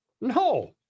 No